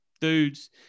dudes